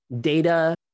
data